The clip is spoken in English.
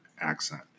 accent